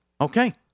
Okay